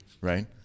right